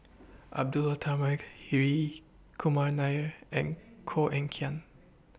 Abdullah Tarmugi Hri Kumar Nair and Koh Eng Kian